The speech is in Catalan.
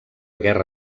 guerra